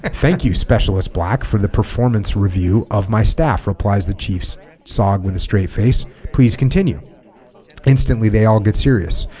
and thank you specialist black for the performance review of my staff replies the chief's sog with a straight face please continue instantly they all get serious